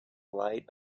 light